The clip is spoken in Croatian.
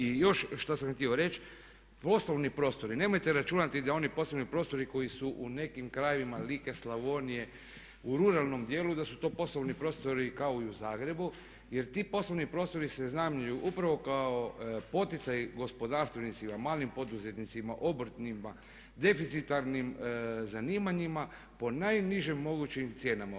I još što sam htio reći, poslovni prostori, nemojte računati da oni poslovni prostori koji su u nekim krajevima Like, Slavonije u ruralnom dijelu da su to poslovni prostori kao i u Zagrebu jer ti poslovni prostori se iznajmljuju upravo kao poticaj gospodarstvenicima, malim poduzetnicima, obrtnicima, deficitarnim zanimanjima po najnižim mogućim cijenama.